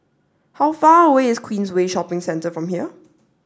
how far away is Queensway Shopping Centre from here